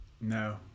No